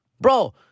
bro